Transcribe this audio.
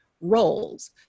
roles